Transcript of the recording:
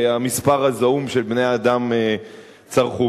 המספר הזעום שבני-האדם צרכו.